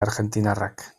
argentinarrak